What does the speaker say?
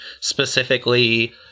Specifically